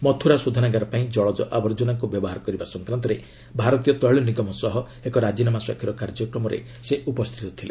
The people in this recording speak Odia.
ମଥୁରା ଶୋଧନାଗାର ପାଇଁ ଜଳଜ ଆବର୍ଜନାକୁ ବ୍ୟବହାର କରିବା ସଂକ୍ରାନ୍ତରେ ଭାରତୀୟ ତେିଳ ନିଗମ ସହ ଏକ ରାଜିନାମା ସ୍ୱାକ୍ଷର କାର୍ଯ୍ୟକ୍ରମରେ ସେ ଉପସ୍ଥିତ ରହିଥିଲେ